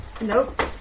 Nope